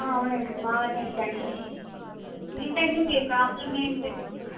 అవునండి మా వెల్నెస్ సెంటరే ఏంటండి మీ ప్రాబ్లం ఏంటండి